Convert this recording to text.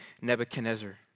Nebuchadnezzar